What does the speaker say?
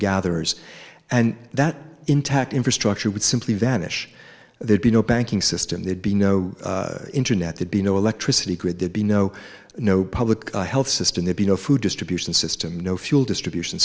gatherers and that intact infrastructure would simply vanish there'd be no banking system there'd be no internet they'd be no electricity grid there'd be no no public health system there be no food distribution system no fuel distribution